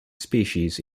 species